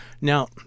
Now